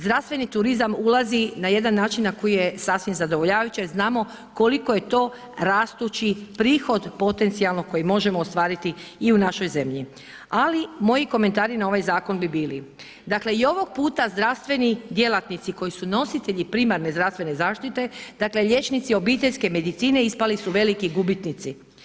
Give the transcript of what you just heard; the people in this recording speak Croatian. Zdravstveni turizam ulazi na jedan način koji je sasvim zadovoljavajuće, znamo koliko je to rastući prihod potencijalno koji možemo ostvariti i u našoj zemlji, ali moji komentari na ovaj zakon bi bili: Dakle i ovog puta zdravstveni djelatnici koji su nositelji primarne zdravstvene zaštite, dakle liječnici obiteljske medicine ispali su veliki gubitnici.